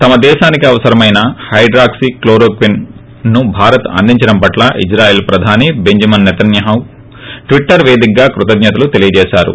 తమ దేశానికి అవసరమైన హైడ్రాక్సీ క్లోరోక్షిన్ను భారత్ అందించడం పట్ల ఇజ్రాయిల్ ప్రధాని టెంజ్ మెన్ సెతన్యాహూ ట్విటర్ వేదికగా కృతజ్ఞతలు తెలియజేశారు